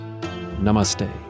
Namaste